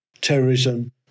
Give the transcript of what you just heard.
terrorism